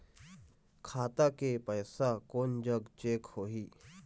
खाता के पैसा कोन जग चेक होही?